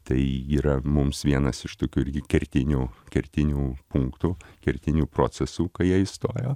tai yra mums vienas iš tokių kertinių kertinių punktų kertinių procesų kai jei įstojo